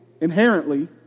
inherently